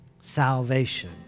salvation